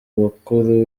bakuru